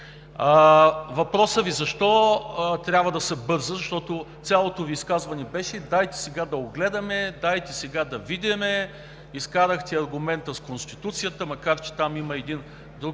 въпроса Ви: защо трябва да се бърза? Цялото Ви изказване беше: дайте сега да огледаме, дайте сега да видим. Изкарахте аргумента с Конституцията, макар че там има и друго